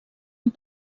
amb